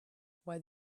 why